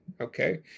Okay